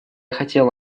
хотел